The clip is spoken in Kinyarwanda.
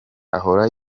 ahora